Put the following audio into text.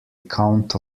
count